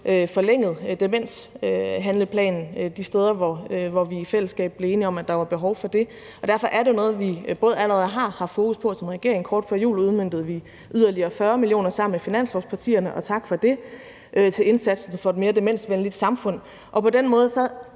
forlænget demenshandleplanen de steder, hvor vi i fællesskab blev enige om, at der var behov for det. Derfor er det noget, vi både allerede har haft fokus på. Og som regering udmøntede vi kort før jul yderligere 40 mio. kr. sammen med finanslovspartierne – og tak for det – til indsatsen for et mere demensvenligt samfund. På den måde er